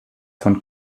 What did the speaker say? von